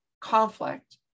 conflict